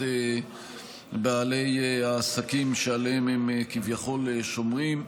בעלי העסקים שעליהם הם כביכול שומרים.